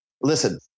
listen